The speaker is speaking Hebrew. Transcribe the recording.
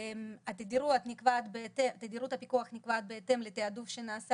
תדירות הפיקוח נקבעת בהתאם לתעדוף שנעשה